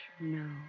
No